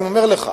אני אומר לך,